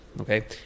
okay